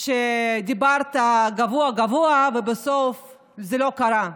שדיברת עליהם גבוהה-גבוהה, ובסוף זה לא קרה.